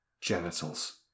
genitals